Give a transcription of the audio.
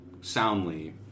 soundly